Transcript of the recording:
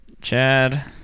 chad